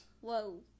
Whoa